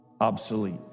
obsolete